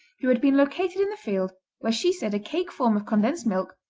who had been located in the field where she said a cake form of condensed milk,